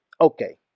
Okay